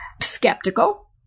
skeptical